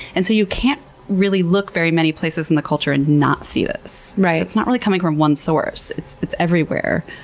and so, you can't really look very many places in the culture and not see this. so, it's not really coming from one source. it's it's everywhere.